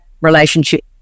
relationship